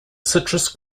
citrus